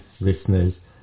listeners